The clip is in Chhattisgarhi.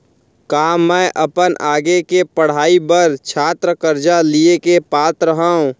का मै अपन आगे के पढ़ाई बर छात्र कर्जा लिहे के पात्र हव?